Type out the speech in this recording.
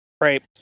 right